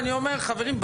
חברים,